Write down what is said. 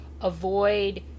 avoid